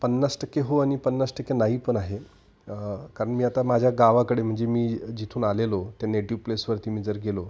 पन्नास टक्के हो आणि पन्नास टक्के नाही पण आहे कारण मी आता माझ्या गावाकडे म्हणजे मी जिथून आलेलो त्या नेटिव प्लेसवरती मी जर गेलो